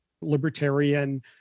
libertarian